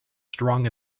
strong